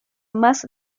más